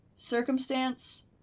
Circumstance